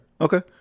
okay